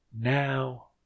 Now